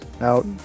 out